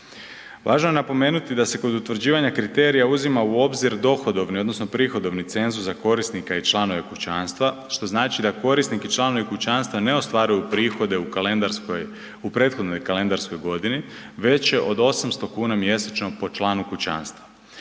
Važno je napomenuti da se kod utvrđivanja kriterija uzima u obzir dohodovni odnosno prihodovni cenzus za korisnika i članove kućanstva, što znači da korisnik i članovi kućanstva ne ostvaruju prihode u prethodnoj kalendarskoj godini veće od 800 kuna mjesečno po članu kućanstva.